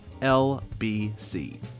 LBC